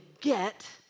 get